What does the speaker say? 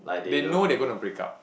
they know they gonna break up